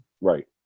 Right